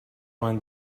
vingt